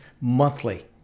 monthly